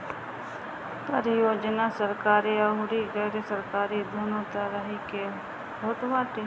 परियोजना सरकारी अउरी गैर सरकारी दूनो तरही के होत बाटे